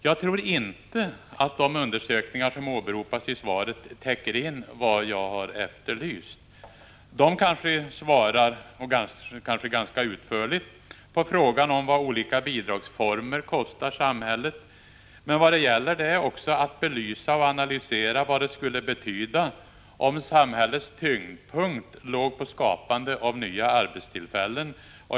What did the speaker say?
Jag tror inte att de undersökningar som åberopas i svaret täcker in vad jag efterlyst. De kanske ganska utförligt svarar på frågan vad olika bidragsformer kostar samhället, men vad det gäller är också att belysa och analysera vad det skulle betyda om tyngdpunkten i samhällets insatser låg på skapande av nya arbetstillfällen.